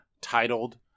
titled